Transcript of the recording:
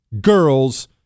girls